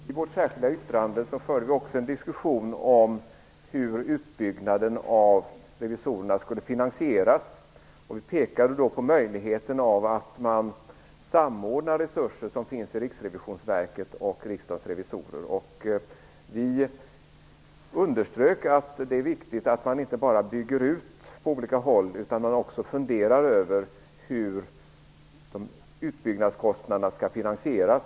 Herr talman! I vårt särskilda yttrande förde vi också en diskussion om hur utbyggnaden av Riksdagens revisorer skulle finansieras. Vi pekade på möjligheten att samordna resurserna i Riksrevisionsverket och Riksdagens revisorer. Vi underströk att det är viktigt att man inte bara bygger ut på olika håll utan också funderar över hur utbyggnaden skall finansieras.